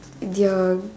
their